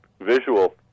visual